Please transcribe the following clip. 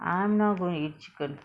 I'm not going to eat chicken